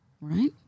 Right